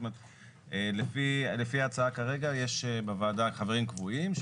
לפי ההצעה כרגע יש בוועדה חברים קבועים,